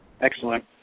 excellent